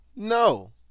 No